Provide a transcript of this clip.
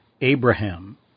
Abraham